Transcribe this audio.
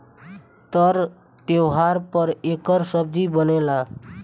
तर त्योव्हार पर एकर सब्जी बनेला